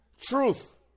truth